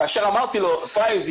כאשר אמרתי לו: פאיז,